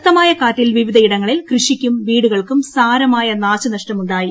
ശക്തമായ കാറ്റിൽ വിവിധയിടങ്ങളിൽ കൃഷിക്കും വീടുകൾക്കും സാരമായ നാശനഷ്ടമുണ്ടായി